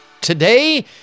Today